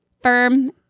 firm